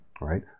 right